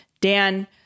Dan